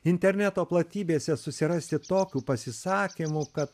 interneto platybėse susirasti tokių pasisakymų kad